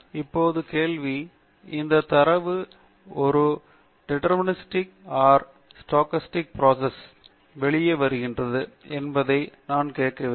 இப்போது கேள்வி இந்த தரவு ஒரு டீடெர்மினிஸ்டிக் ஓர் ஸ்டோசஸ்டிக் ப்ரோசஸ் வெளியே வருகிறது என்பதை நான் கேட்க வேண்டும்